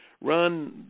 run